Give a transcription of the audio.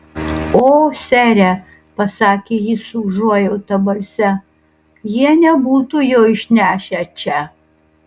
o sere pasakė ji su užuojauta balse jie nebūtų jo išnešę čia